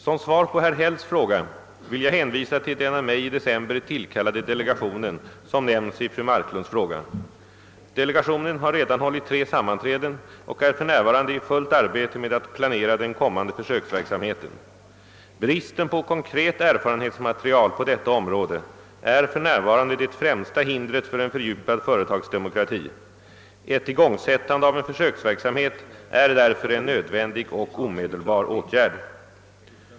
Som svar på herr Hälls fråga vill jag hänvisa till den av mig i december tillkallade delegationen som nämns i fru Marklunds fråga. Delegationen har redan hållit tre sammanträden och är nu i fullt arbete med att planera den kommande försöksverksamheten. Bristen på konkret erfarenhetsmaterial på detta område är för närvarande det främsta hindret för en fördjupad företagsdemokrati. Ett igångsättande av en försöksverksamhet är därför en nödvändig och omedelbar åtgärd.